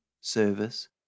service